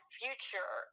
future